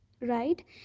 Right